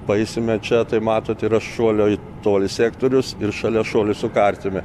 paeisime čia tai matot yra šuolio į tolį sektorius ir šalia šuolių su kartimi